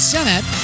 Senate